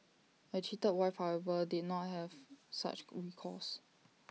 A cheated wife however did not have such recourse